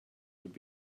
would